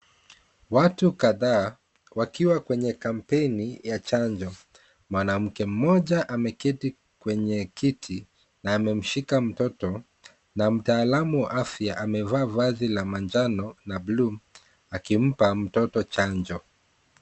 Watu kadhaa wakiwa kwenye kampeni ya chanjo, mwanamke mmoja ameketi kwenye kiti na amemshika mtoto na mtaalamu wa afya amevaa vazi la manjano na buluu akimpa mtoto chanjo.